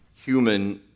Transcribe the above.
human